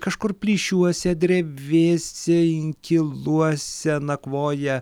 kažkur plyšiuose drevėse inkiluose nakvoja